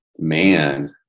man